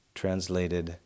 translated